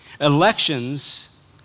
Elections